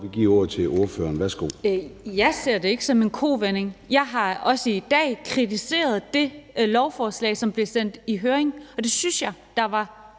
Katrine Daugaard (LA): Jeg ser det ikke som en kovending. Jeg har også i dag kritiseret det lovforslag, som blev sendt i høring, og jeg synes også, der var